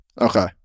Okay